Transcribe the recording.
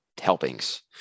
helpings